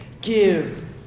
Give